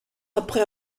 après